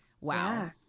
wow